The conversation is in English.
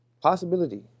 Possibility